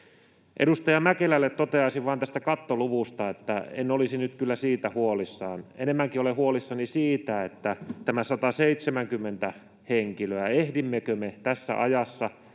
Edustaja Mäkelälle toteaisin vain tästä kattoluvusta, että en olisi nyt kyllä siitä huolissani. Enemmänkin olen huolissani näistä 170 henkilöstä, ehdimmekö me tässä ajassa